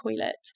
toilet